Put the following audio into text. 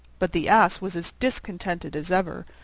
but the ass was as discontented as ever,